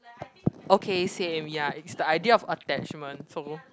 okay same ya it's the idea of attachment so